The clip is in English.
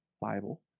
Bible